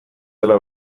dela